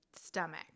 stomach